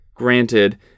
Granted